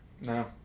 No